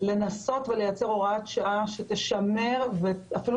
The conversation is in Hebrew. לנסות ולייצר הוראת שעה שתשמר ואפילו